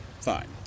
fine